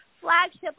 flagship